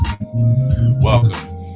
Welcome